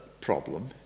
problem